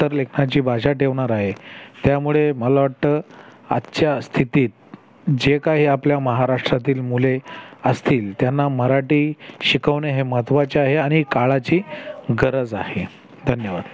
उत्तर लेखनाची भाषा ठेवणार आहे त्यामुळे मला वाटतं आजच्या स्थितीत जे काही आपल्या महाराष्ट्रातील मुले असतील त्यांना मराठी शिकवणे हे महत्त्वाचे आहे आणि काळाची गरज आहे धन्यवाद